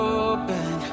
open